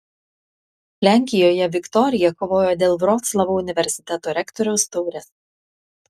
lenkijoje viktorija kovojo dėl vroclavo universiteto rektoriaus taurės